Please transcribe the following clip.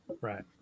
right